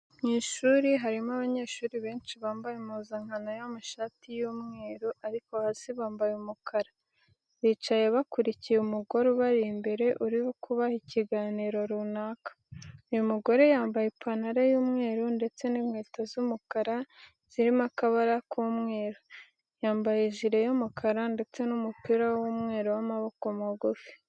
Mu ishuri harimo abanyeshuri benshi bambaye impuzankano y'amashati y'umweru ariko hasi bambaye umukara. Bicaye bakurikiye umugore ubari imbere uri kubaha ikiganiro runaka. Uyu mugore yambaye ipantaro y'umweru ndetse n'inkweto z'umukara zirimo akabara k'umweru. Yambaye ijire y'umukara ndetse n'umupira w'umweru w'amaboko magufi.